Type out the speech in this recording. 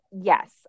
Yes